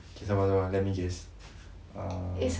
K sabar sabar let me guess uh